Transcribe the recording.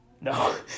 No